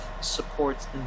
supports